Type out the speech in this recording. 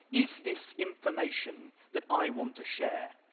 is this information that i want to share?